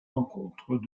rencontres